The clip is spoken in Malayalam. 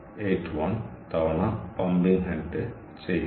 81 തവണ പമ്പിംഗ് ഹെഡ് ചെയ്യില്ല